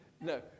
no